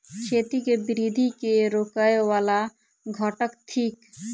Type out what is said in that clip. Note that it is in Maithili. खेती केँ वृद्धि केँ रोकय वला घटक थिक?